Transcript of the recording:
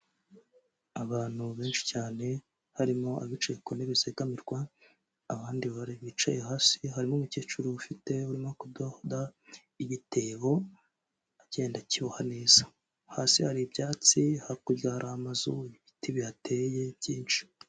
Abantu benshi cyane, harimo abicaye ku ntebe zegamirwa abandi bicaye hasi harimo umukecuru ufite urimo kudonda igitebo agenda akiboha neza, hasi hari ibyatsi hakurya hari amazu, n'ibiti bihateye byinshi.